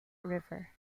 river